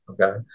okay